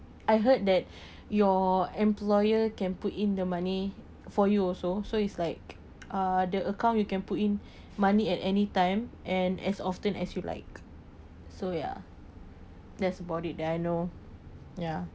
I heard that your employer can put in the money for you also so it's like uh the account you can put in money at anytime and as often as you like so ya that's about it that I know ya